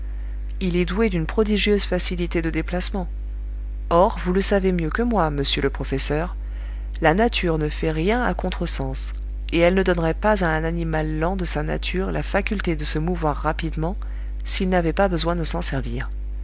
il est doué d'une prodigieuse facilité de déplacement or vous le savez mieux que moi monsieur le professeur la nature ne fait rien à contre sens et elle ne donnerait pas à un animal lent de sa nature la faculté de se mouvoir rapidement s'il n'avait pas besoin de s'en servir